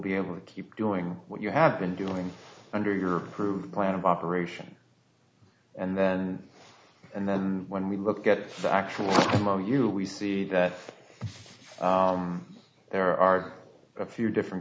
be able to keep doing what you have been doing under your plan of operation and then and then when we look at the actual among you we see that there are a few different